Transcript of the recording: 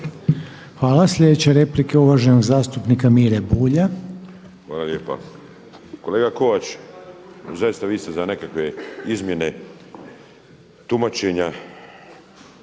Hvala. Sljedeća replika je uvaženog zastupnika Mire Bulja. **Bulj, Miro (MOST)** Hvala lijepa. Kolega Kovač, zaista vi ste za nekakve izmjene tumačenja